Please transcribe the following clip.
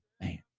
Man